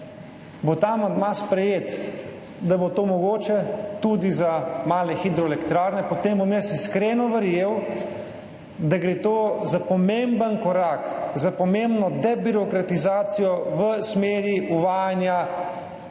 bo ta amandma sprejet, da bo to mogoče tudi za male hidroelektrarne, potem bom jaz iskreno verjel, da gre za pomemben korak, za pomembno debirokratizacijo v smeri uvajanja